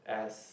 as